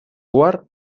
guard